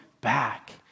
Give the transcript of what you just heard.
back